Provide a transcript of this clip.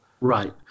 Right